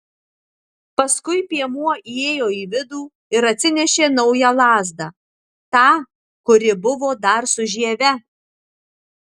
paskui piemuo įėjo į vidų ir atsinešė naują lazdą tą kuri buvo dar su žieve